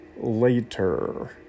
Later